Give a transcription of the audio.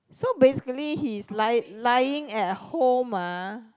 so basically he is ly~ lying at home ah